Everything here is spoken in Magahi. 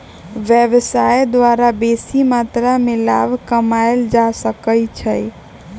व्यवसाय द्वारा बेशी मत्रा में लाभ कमायल जा सकइ छै